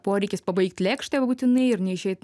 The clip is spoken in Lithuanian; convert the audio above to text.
poreikis pabaigt lėkštę būtinai ir neišeit